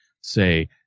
say